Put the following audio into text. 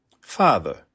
Father